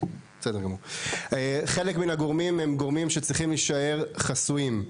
חלק מן הגורמים הם גורמים שצריכים להישאר חסויים.